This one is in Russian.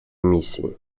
миссии